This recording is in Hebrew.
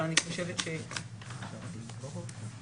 אבל אני חושבת- -- אפשר לדבר למיקרופון?